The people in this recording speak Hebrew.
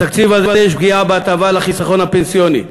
בתקציב הזה יש פגיעה בהטבה לחיסכון הפנסיוני.